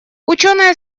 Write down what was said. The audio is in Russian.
учёные